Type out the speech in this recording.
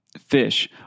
fish